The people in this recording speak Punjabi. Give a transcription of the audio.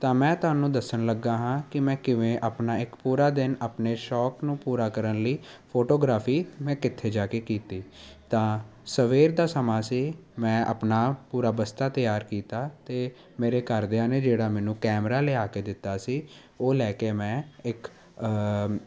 ਤਾਂ ਮੈਂ ਤੁਹਾਨੂੰ ਦੱਸਣ ਲੱਗਾ ਹਾਂ ਕਿ ਮੈਂ ਕਿਵੇਂ ਆਪਣਾ ਇੱਕ ਪੂਰਾ ਦਿਨ ਆਪਣੇ ਸ਼ੌਂਕ ਨੂੰ ਪੂਰਾ ਕਰਨ ਲਈ ਫੋਟੋਗ੍ਰਾਫੀ ਮੈਂ ਕਿੱਥੇ ਜਾ ਕੇ ਕੀਤੀ ਤਾਂ ਸਵੇਰ ਦਾ ਸਮਾਂ ਸੀ ਮੈਂ ਆਪਣਾ ਪੂਰਾ ਬਸਤਾ ਤਿਆਰ ਕੀਤਾ ਅਤੇ ਮੇਰੇ ਘਰਦਿਆਂ ਨੇ ਜਿਹੜਾ ਮੈਨੂੰ ਕੈਮਰਾ ਲਿਆ ਕੇ ਦਿੱਤਾ ਸੀ ਉਹ ਲੈ ਕੇ ਮੈਂ ਇੱਕ